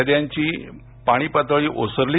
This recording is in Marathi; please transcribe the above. नद्यांची पाणी पातळी ओसरली